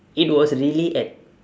it was really at